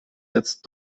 jetzt